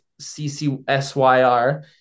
CCSYR